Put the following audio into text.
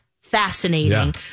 fascinating